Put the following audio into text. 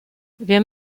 wir